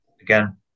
again